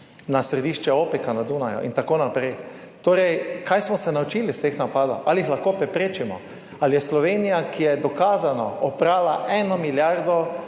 na središče OPEC na Dunaju in tako naprej. Torej, kaj smo se naučili iz teh napadov? Ali jih lahko preprečimo? Ali je Slovenija, ki je dokazano oprala eno milijardo